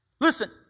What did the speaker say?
Listen